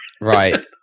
Right